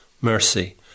mercy